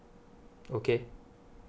okay